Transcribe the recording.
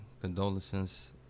condolences